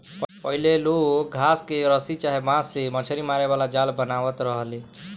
पहिले लोग घास के रसरी चाहे बांस से मछरी मारे वाला जाल बनावत रहले